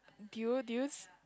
do you do you s~